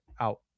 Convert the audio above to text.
out